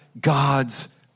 God's